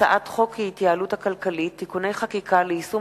והצעת חוק ההתייעלות הכלכלית (תיקוני חקיקה ליישום